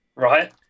Right